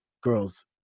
girls